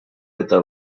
eta